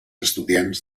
estudiants